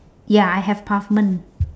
ya I have pavement